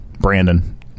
brandon